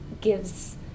gives